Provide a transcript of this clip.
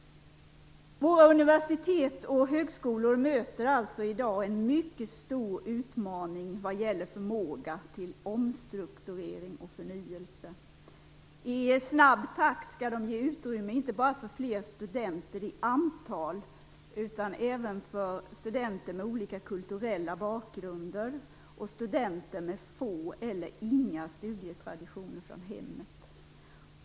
Våra universitet och högskolor möter alltså i dag en mycket stor utmaning vad gäller förmåga till omstrukturering och förnyelse. I snabb takt skall de ge utrymme inte bara för ett större antal studenter utan även för studenter med olika kulturella bakgrunder och studenter med få eller inga studietraditioner från hemmet.